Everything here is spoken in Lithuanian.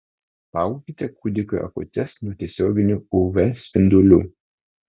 saugokite kūdikio akutes nuo tiesioginių uv spindulių